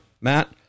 matt